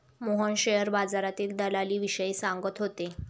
Mohan share बाजारातील दलालीविषयी सांगत होते